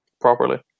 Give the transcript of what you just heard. properly